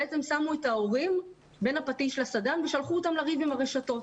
בעצם שמו את ההורים בין הפטיש לסדן ושלחו אותם לריב ע ם הרשתות.